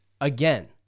Again